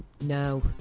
No